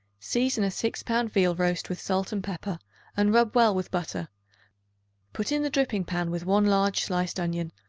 season a six pound veal-roast with salt and pepper and rub well with butter put in the dripping-pan with one large sliced onion,